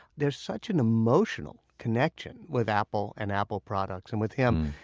there's such an emotional connection with apple and apple products and with him.